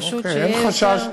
פשוט שיהיה יותר,